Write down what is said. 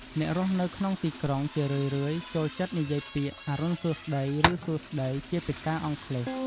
អ្នករស់នៅក្នុងទីក្រុងជារឿយៗចូលចិត្តនិយាយពាក្យ "អរុណសួស្តី" ឬ "សួស្តី" ជាភាសាអង់គ្លេស។